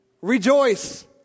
Rejoice